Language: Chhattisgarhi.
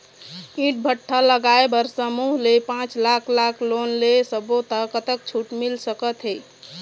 ईंट भट्ठा लगाए बर समूह ले पांच लाख लाख़ लोन ले सब्बो ता कतक छूट मिल सका थे?